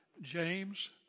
James